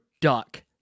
duck